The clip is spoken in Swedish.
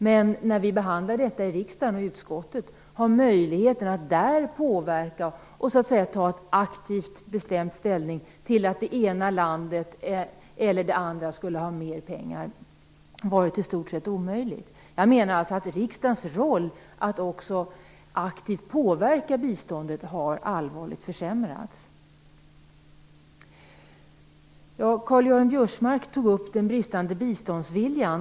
När vi har behandlat detta i riksdagen och i utskottet har det i stort sett varit omöjligt att påverka och aktivt ta bestämd ställning till att det ena eller det andra landet skulle ha mer pengar. Jag menar alltså att riksdagens roll att aktivt påverka biståndet har allvarligt försämrats. Karl-Göran Biörsmark tog upp den bristande biståndsviljan.